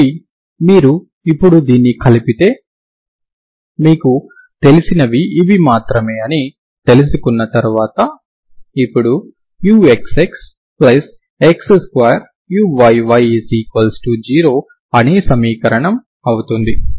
కాబట్టి మీరు ఇప్పుడు దీన్ని కలిపితే మీకు తెలిసినవి ఇవి మాత్రమే అని తెలుసుకున్న తర్వాత ఇప్పుడు uxxx2uyy0 అనే సమీకరణం అవుతుంది